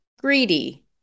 greedy